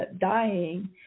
dying